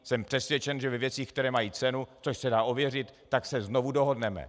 Jsem přesvědčen, že ve věcech, které mají cenu, což se dá ověřit, se znovu dohodneme.